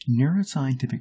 Neuroscientific